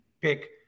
pick